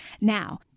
Now